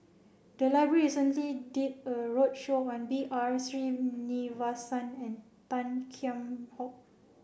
the library recently did a roadshow on B R Sreenivasan and Tan Kheam Hock